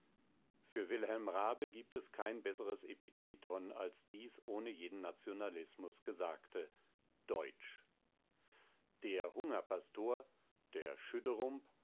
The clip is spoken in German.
für wilhelm raabe gibt es kein besseres epitheton als dies ohne jeden nationalismus gesagte deutsch der hungerpastor der